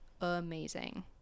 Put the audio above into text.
amazing